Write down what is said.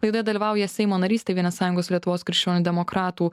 laidoje dalyvauja seimo narys tėvynės sąjungos lietuvos krikščionių demokratų